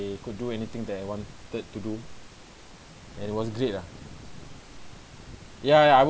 I could do anything that I wanted to do and it was great ah ya ya I wouldn't